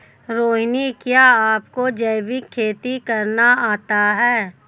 रोहिणी, क्या आपको जैविक खेती करना आता है?